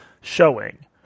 showing